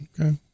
Okay